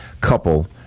couple